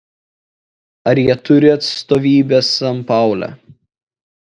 ar jie turi atstovybę sanpaule